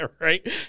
Right